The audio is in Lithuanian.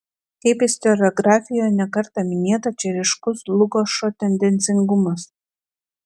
kaip istoriografijoje ne kartą minėta čia ryškus dlugošo tendencingumas